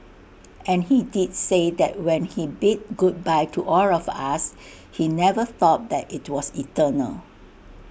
and he did say that when he bid goodbye to all of us he never thought that IT was eternal